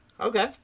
Okay